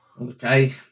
Okay